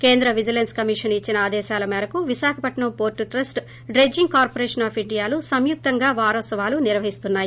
కేంద్ర vigilance commission ఇచ్చిన ఆదేశాల మేరకు Visakhapatnam port trust dredging corporation of ఇండియాలు సంయుక్తంగా వారోత్సవాలు నిర్వహిస్తున్నాయి